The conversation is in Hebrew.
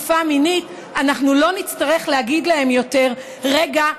אנחנו לא נצטרך להגיד להן יותר: רגע,